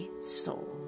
soul